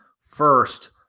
first